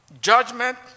judgment